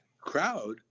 crowd